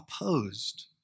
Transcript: opposed